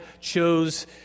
chose